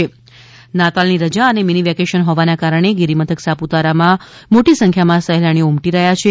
સા પુતારા સહેલાણીઓ નાતાલની રજા અને મિની વેકેશન હોવાના કારણે ગિરિમથક સાપુતારામાં મોટી સંખ્યામાં સહેલાણીઓ ઊમટી પડ્યા છે